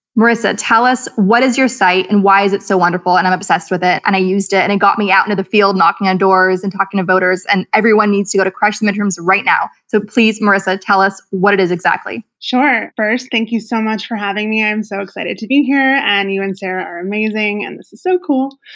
marisa, tell us what is your site and why is it so wonderful and i'm obsessed with it, i used it, and it got me out into the field knocking on doors and talking to voters, and everyone needs to crush midtermsright now, so please marisa, tell us what it is exactly. sure. first, thank you so much for having me. i'm so excited to be here. and you and sarah are amazing, and this is so cool.